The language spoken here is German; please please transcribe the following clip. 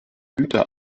güter